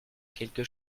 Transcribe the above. quelque